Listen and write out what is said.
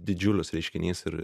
didžiulis reiškinys ir